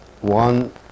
one